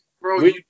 bro